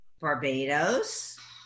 Barbados